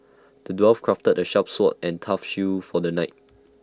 the dwarf crafted A sharp sword and tough shield for the knight